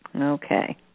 Okay